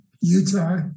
Utah